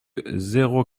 zéro